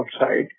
outside